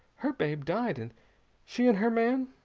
her babe died, and she and her man